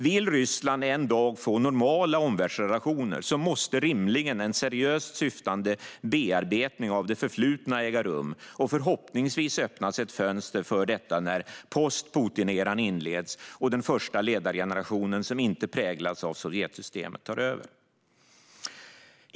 Vill Ryssland en dag få normala omvärldsrelationer måste rimligen en seriöst syftande bearbetning av det förflutna äga rum, och förhoppningsvis öppnas ett fönster för detta när post-Putin-eran inleds och den första ledargenerationen som inte präglats av Sovjetsystemet tar över.